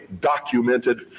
documented